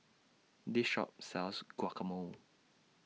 This Shop sells Guacamole